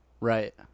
Right